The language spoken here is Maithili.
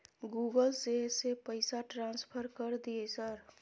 गूगल से से पैसा ट्रांसफर कर दिय सर?